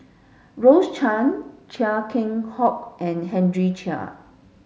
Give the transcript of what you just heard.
Rose Chan Chia Keng Hock and Henry Chia